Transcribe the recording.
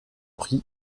prix